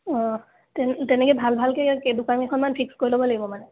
অঁ তেনেকৈ ভাল ভালকৈ দোকানকেইখনমান ফিক্স কৰি ল'ব লাগিব মানে